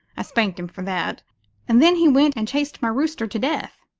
i spanked him for that and then he went and chased my rooster to death.